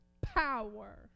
power